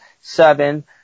seven